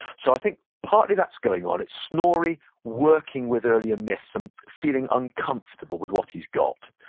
so i think partly that's going on. it's snorri working with earlier myths and feeling uncomfortable with what he's got.